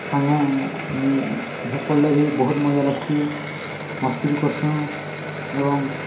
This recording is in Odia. ସାଙ୍ଗେ ମୁଇଁ ଭେଟ୍ ପଡ଼୍ଲେ ବି ବହୁତ୍ ମଜା ଲାଗ୍ସି ମସ୍ତି ବି କର୍ସୁଁ ଏବଂ